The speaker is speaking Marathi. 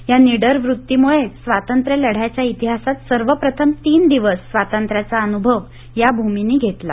या निडर वृत्तीमृळेच स्वातंत्र लढ़याच्या इतिहासात सर्वप्रथम तीन दिवस स्वातंत्र्यांचा अनूभव या भूमीने घेतला